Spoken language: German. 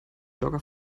jogger